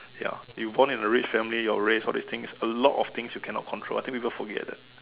ya you born in a rich family your race all this things a lot of things you cannot control I think people forget that